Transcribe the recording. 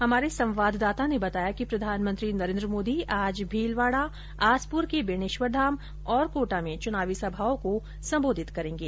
हमारे संवाददाता ने बताया कि प्रधानमंत्री नरेन्द्र मोदी आज भीलवाडा आसप्र के बेणेश्वर धाम और कोटा में च्नावी सभावो को संबोधित करेंगे